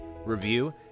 review